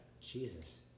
Jesus